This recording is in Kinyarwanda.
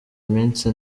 iminsi